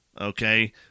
okay